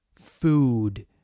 food